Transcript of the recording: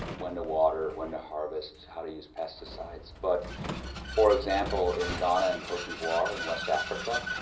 when to water, when to harvest, how to use pesticides. but for example, in ghana and cote d'ivoire in west africa,